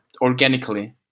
organically